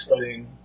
studying